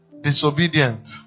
disobedient